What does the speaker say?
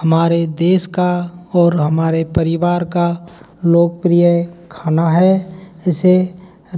हमारे देश का और हमारे परिवार का लोकप्रिय खाना है इसे